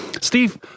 Steve